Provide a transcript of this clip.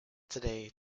today